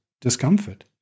discomfort